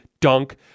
dunk